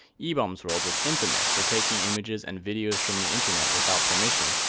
ebaum's world was infamous for taking images and videos from the internet without permission,